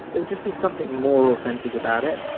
there would just be something more authentic about it.